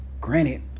granted